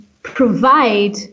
provide